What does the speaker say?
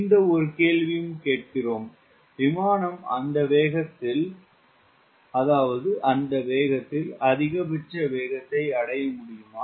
இந்த ஒரு கேள்வியையும் கேட்கிறோம் விமானம் அந்த வேகத்தில் அந்த வேகத்தில் அதிகபட்ச வேகத்தை அடைய முடியுமா